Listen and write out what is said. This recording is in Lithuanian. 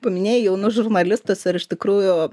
paminėjai jaunus žurnalistus ar iš tikrųjų